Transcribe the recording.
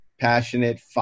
passionate